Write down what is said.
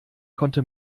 konnte